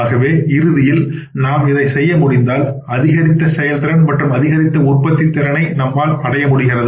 ஆகவே இறுதியில் நாம் இதை செய்ய முடிந்தால் அதிகரித்த செயல்திறன் மற்றும் அதிகரித்த உற்பத்தித்திறனை நம்மால் அடைய முடிகிறது